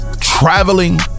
traveling